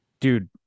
Dude